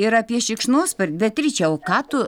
ir apie šikšnospar beatriče o ką tu